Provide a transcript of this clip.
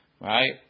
Right